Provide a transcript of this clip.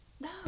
No